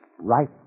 right